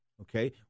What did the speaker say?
Okay